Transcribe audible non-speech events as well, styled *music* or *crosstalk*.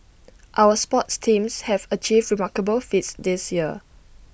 *noise* our sports teams have achieved remarkable feats this year